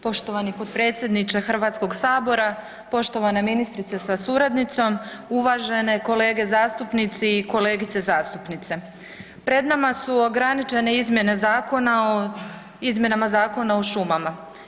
Poštovani potpredsjedniče Hrvatskog sabora, poštovane ministrice sa suradnicom, uvažene kolege zastupnici i kolegice zastupnice, pred nama su ograničene izmjene zakona o izmjenama Zakona o šumama.